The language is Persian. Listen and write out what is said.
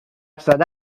زده